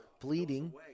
Bleeding